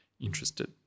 interested